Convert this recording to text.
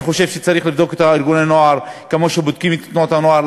אני חושב שצריך לבדוק את ארגוני הנוער כמו שבודקים את תנועות הנוער,